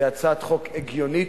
היא הצעת חוק הגיונית,